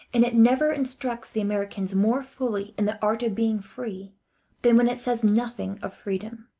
and it never instructs the americans more fully in the art of being free than when it says nothing of freedom.